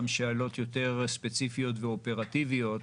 לשאול אותם שאלות יותר ספציפיות ואופרטיביות.